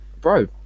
Bro